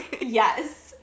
Yes